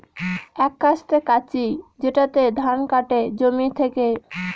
এক কাস্তে কাঁচি যেটাতে ধান কাটে জমি থেকে